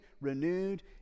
renewed